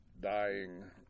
dying